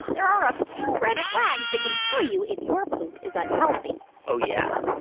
there are a few red flags that can tell you if your poop is unhealthy oh, yeah?